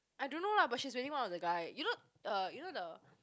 I don't know lah but she is dating one of the guy you know uh you know the